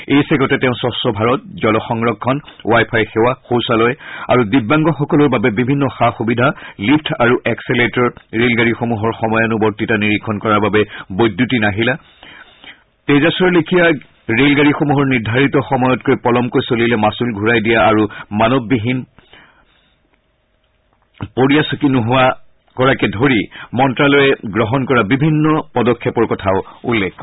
এই চেগতে তেওঁ স্বচ্ছ ভাৰত জল সংৰক্ষণ ৱাইফাই সেৱা শৌচালয় আৰু দিব্যাংগসকলৰ বাবে বিভিন্ন সা সুবিধা লিফ্ট আৰু এস্থেলেটৰ ৰেলগাড়ীসমূহৰ সময়ানুবৰ্তিতা নিৰীক্ষণ কৰাৰ বাবে বৈদ্যুতিন আহিলা তেজাসৰ লেখিয়া ৰেলগাড়ীসমূহ নিৰ্ধাৰিত সময়তকৈ পলমকৈ চলিলে মাছুল ঘূৰাই দিয়া আৰু মানৱবিহীন পৰীয়াচকী নোহোৱা কৰাকে ধৰি মন্তালয়ে গ্ৰহণ কৰা বিভিন্ন পদক্ষেপৰ কথাও উল্লেখ কৰে